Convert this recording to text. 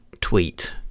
tweet